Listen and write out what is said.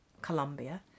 Colombia